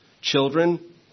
children